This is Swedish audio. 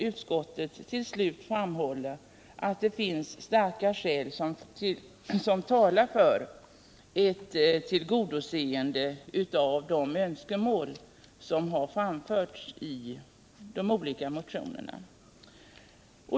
Utskottet framhåller till slut att det finns starka skäl som talar för ett tillgodoseende av de önskemål som framförts i motionerna.